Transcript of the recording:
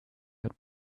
had